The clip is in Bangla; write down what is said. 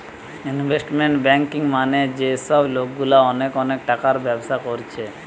ইনভেস্টমেন্ট ব্যাঙ্কিং মানে যে সব লোকগুলা অনেক অনেক টাকার ব্যবসা কোরছে